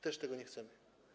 Też tego nie chcemy.